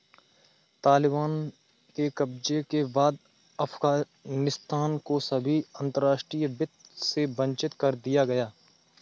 तालिबान के कब्जे के बाद अफगानिस्तान को सभी अंतरराष्ट्रीय वित्त से वंचित कर दिया गया